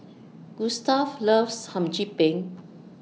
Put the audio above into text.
Gustave loves Hum Chim Peng